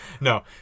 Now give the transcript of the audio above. No